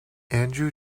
andrew